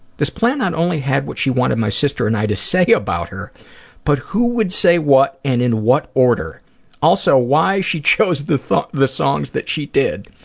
this plan not only had what she wanted my sister and i to say about her but who would say what and in what order also why she chose the the songs that she did.